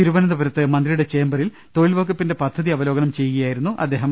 തിരുവനന്തപുരത്ത് മന്ത്രി യുടെ ചേംബറിൽ തൊഴിൽ വകുപ്പിന്റെ പദ്ധതി അവലോകനം ചെയ്യുക യായിരുന്നു അദ്ദേഹം